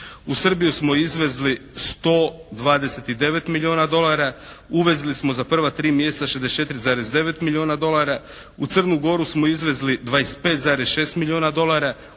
U Srbiju smo izvezli 129 milijuna dolara. Uvezli smo za prva tri mjeseca 64,9 milijuna dolara. U Crnu Goru smo izvezli 25,6 milijuna dolara.